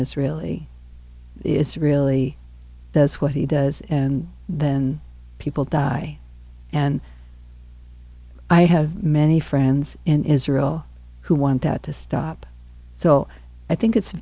israeli is really does what he does and then people die and i have many friends in israel who want that to stop so i think it's